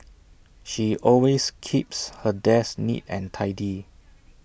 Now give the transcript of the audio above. she always keeps her desk neat and tidy